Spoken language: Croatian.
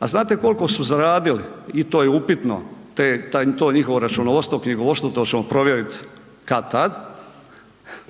a znate koliko su zaradili i to je upitno to njihovo računovodstvo, knjigovodstvo, to ćemo provjerit kad-tad,